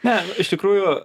na iš tikrųjų